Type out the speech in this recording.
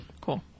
cool